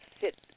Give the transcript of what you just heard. sit